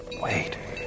wait